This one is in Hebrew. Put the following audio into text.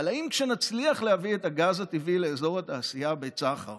אבל האם כשנצליח להביא את הגז הטבעי לאזור התעשייה בצח"ר